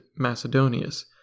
Macedonius